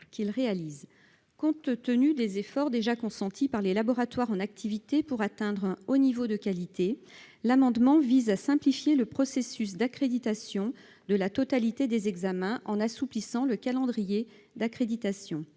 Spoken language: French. Compte tenu des efforts déjà consentis par les laboratoires en activité pour atteindre un haut niveau de qualité, nous souhaitons simplifier le processus d'accréditation de la totalité des examens en assouplissant le calendrier.